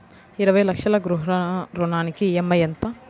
ఇరవై లక్షల గృహ రుణానికి ఈ.ఎం.ఐ ఎంత?